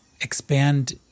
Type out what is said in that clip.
expand